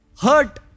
Hurt